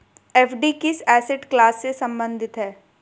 FD किस asset class से संबंधित है?